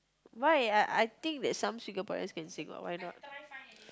why I I think that some Singaporeans can sing what why not